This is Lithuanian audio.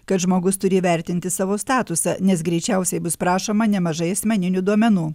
kad žmogus turi įvertinti savo statusą nes greičiausiai bus prašoma nemažai asmeninių duomenų